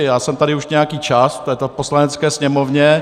Já jsem tady už nějaký čas v této Poslanecké sněmovně.